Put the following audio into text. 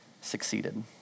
succeeded